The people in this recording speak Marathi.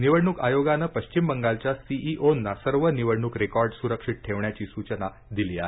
निवडणूक आयोगाने पश्चिम बंगालच्या सीईओंना सर्व निवडणूक रेकॉर्ड सुरक्षित ठेवण्याची सूचना देण्यात आली आहे